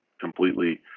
completely